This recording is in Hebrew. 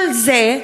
כל זה,